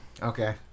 Okay